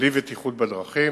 לבטיחות בדרכים.